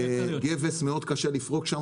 גבס מאוד קשה לפרוק שם,